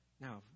Now